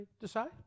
decide